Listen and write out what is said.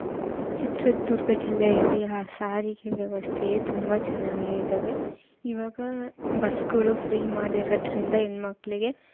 ಚಿತ್ರದುರ್ಗ ಜಿಲ್ಲೆಯಲ್ಲಿ ಆ ಸಾರಿಗೆ ವ್ಯವಸ್ಥೆಯು ತುಂಬ ಚೆನ್ನಾಗಿದ್ದಾವೆ ಇವಾಗ ಬಸ್ಗಳು ಫ್ರೀ ಮಾಡಿರೋದ್ರಿಂದ ಹೆಣ್ಮಕ್ಳಿಗೆ